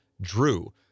Drew